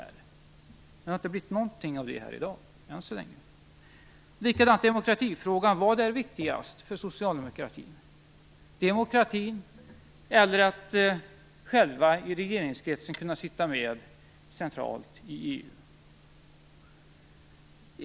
Men det har inte blivit någonting av det än så länge här i dag. Likadant är det med demokratifrågan. Vad är viktigast för socialdemokratin - demokratin eller att regeringskretsen kan sitta med centralt i EU?